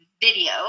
Video